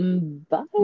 Bye